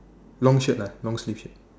long shirt lah long sleeves shirt